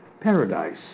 paradise